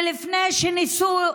ולפני שניסו,